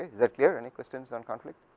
is it clear, any questions on conflict?